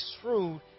shrewd